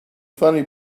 funny